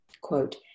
Quote